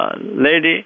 lady